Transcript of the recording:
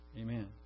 Amen